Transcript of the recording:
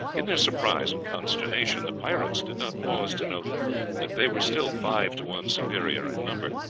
in their surprise and consternation the pirates did not pause to note that they were still five to one superior in number,